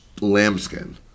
lambskin